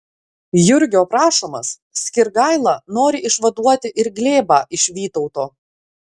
jurgio prašomas skirgaila nori išvaduoti ir glėbą iš vytauto